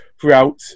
throughout